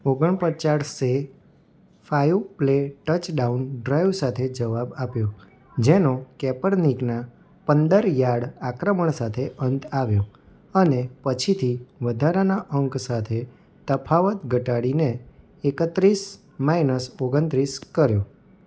ઓગણ પચાસે five play touchdown drive સાથે જવાબ આપ્યો જેનો કેપરનિકના પંદર યાર્ડ આક્રમણ સાથે અંત આવ્યો અને પછીથી વધારાના અંક સાથે તફાવત ઘટાડીને એકત્રીસ માઇનસ ઓગણત્રીસ કર્યો